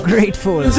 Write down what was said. Grateful